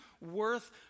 worth